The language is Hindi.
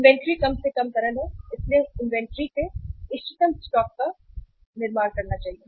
इन्वेंटरी कम से कम तरल है इसलिए हमें इन्वेंट्री के इष्टतम स्टॉक का निर्माण करना चाहिए